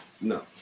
no